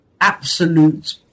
absolute